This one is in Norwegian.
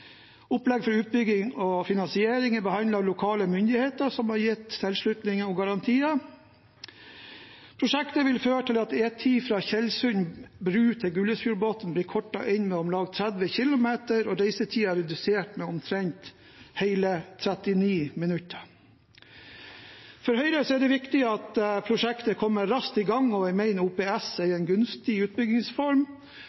for utbygging og finansiering er behandlet av lokale myndigheter, som har gitt tilslutning og garantier. Prosjektet vil føre til at E10 fra Tjeldsund bru til Gullesfjordbotn blir kortet inn med om lag 30 km, og reisetiden blir redusert med hele 39 minutter. For Høyre er det viktig at prosjektet kommer raskt i gang, og vi mener OPS